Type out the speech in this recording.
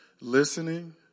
listening